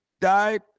died